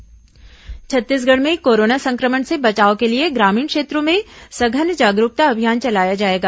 corona समाचार छत्तीसगढ़ में corona संक्रमण से बचाव के लिए ग्रामीण क्षेत्रों में सघन जागरूकता अभियान चलाया जाएगा